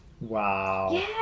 wow